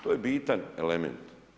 To je bitan element.